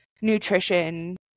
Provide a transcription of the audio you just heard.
nutrition